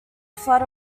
flood